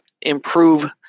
improve